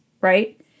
right